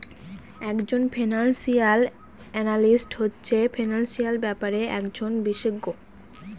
এক জন financial analyst হচ্ছে ফিনান্সিয়াল ব্যাপারের একজন বিশষজ্ঞ